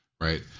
Right